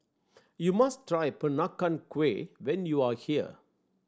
you must try Peranakan Kueh when you are here